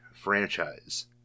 franchise